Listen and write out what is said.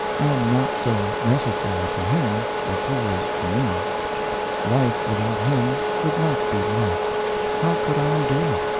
i am not so necessary to him as he is to me life without him would not be life how could i endure it?